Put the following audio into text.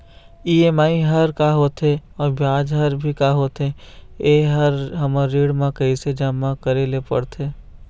EMI हर का होथे अऊ ब्याज हर भी का होथे ये हर हमर ऋण मा कैसे जमा करे ले पड़ते?